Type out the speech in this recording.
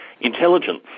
intelligence